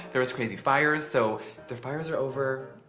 there was crazy fires. so the fires are over.